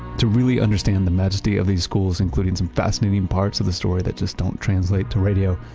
to really understand the majesty of these schools, including some fascinating parts of the story that just don't translate to radio,